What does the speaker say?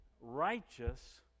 righteous